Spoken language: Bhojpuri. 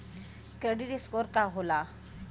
क्रेडीट स्कोर का होला?